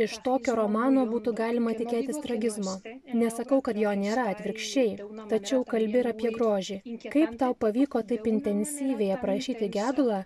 iš tokio romano būtų galima tikėtis tragizmo nesakau kad jo nėra atvirkščiai tačiau kalbi ir apie grožį kaip tau pavyko taip intensyviai aprašyti gedulą